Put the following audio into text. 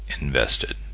invested